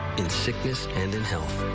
in sickness and in health,